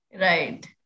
Right